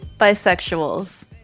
bisexuals